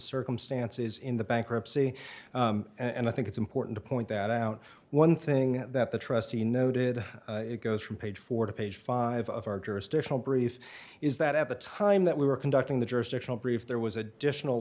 circumstances in the bankruptcy and i think it's important to point that out one thing that the trustee noted it goes from page four to page five of our jurisdictional brief is that at the time that we were conducting the jurisdictional brief there was additional